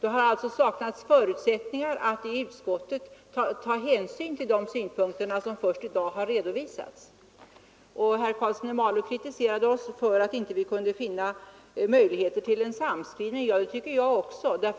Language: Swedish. Det har alltså saknats förutsättningar i utskottet att ta hänsyn till synpunkter som först i dag redovisats. Herr Karlsson i Malung kritiserade utskottet för att vi inte kunde finna möjligheter till en samskrivning. Det tycker jag också var synd.